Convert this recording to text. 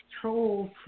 trolls